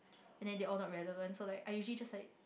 and then they all not relevant so like I usually just like